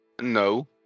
no